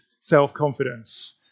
self-confidence